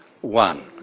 one